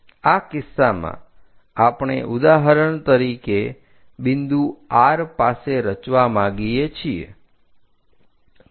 આ કિસ્સામાં આપણે ઉદાહરણ તરીકે બિંદુ R પાસે રચવા માગીએ છીએ